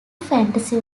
fantasy